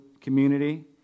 community